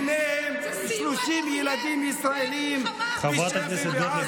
ביניהם 30 ילדים ישראלים בשבי בעזה,